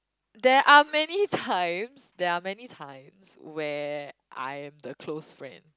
there are many times there are many times where I am the close friend